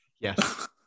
Yes